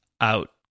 out